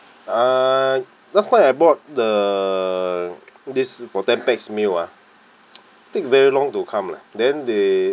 uh last time I bought the this for ten pax meal ah take very long to come leh then they